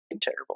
terrible